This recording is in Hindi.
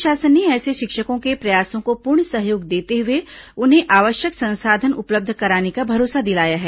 राज्य शासन ने ऐसे शिक्षकों के प्रयासों को पूर्ण सहयोग देते हुए उन्हें आवश्यक संसाधन उपलब्ध कराने का भरोसा दिलाया है